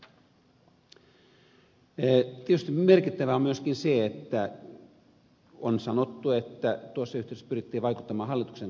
tietysti merkittävää on myöskin se että on sanottu että tuossa yhteydessä pyrittiin vaikuttamaan hallituksen kokoonpanoon